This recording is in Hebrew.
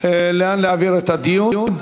לאן להעביר את הדיון.